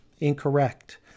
incorrect